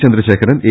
Chandrasekharan A